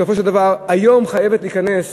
בסופו של דבר היום חייבת להיכנס